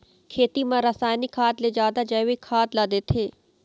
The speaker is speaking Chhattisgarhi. खेती म रसायनिक खाद ले जादा जैविक खाद ला देथे